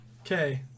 Okay